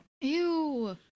Ew